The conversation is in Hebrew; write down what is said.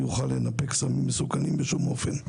לפיו טכנאי בית מרקחת לא יוכל לנפק סמים מסוכנים בשום אופן.